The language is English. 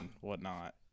whatnot